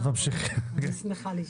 אני שמחה לשמוע.